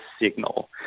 signal